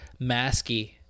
masky